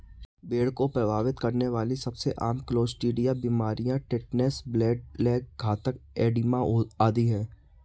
भेड़ को प्रभावित करने वाली सबसे आम क्लोस्ट्रीडिया बीमारियां टिटनेस, ब्लैक लेग, घातक एडिमा आदि है